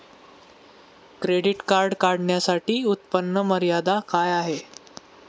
Credit card काढण्यासाठी उत्पन्न मर्यादा काय आहे?